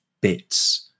bits